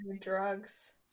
drugs